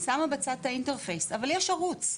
אני שמה בצד את האינטרספייס אבל יש ערוץ,